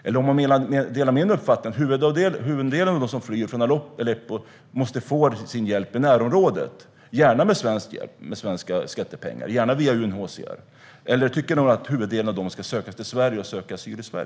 Delar ministern min uppfattning att huvuddelen av dem som flyr från Aleppo måste få sin hjälp i närområdet, gärna med svenska skattemedel och gärna via UNHCR, eller tycker hon att huvuddelen av dem ska söka sig till Sverige och söka asyl här?